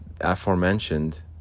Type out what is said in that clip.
aforementioned